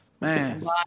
man